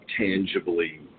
tangibly